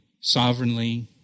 sovereignly